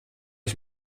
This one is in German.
ich